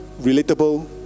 relatable